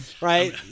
Right